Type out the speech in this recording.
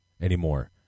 anymore